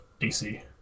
DC